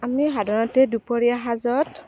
আমি সাধাৰণতে দুপৰীয়া সাজত